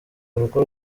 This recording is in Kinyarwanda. urugo